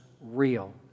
real